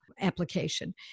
application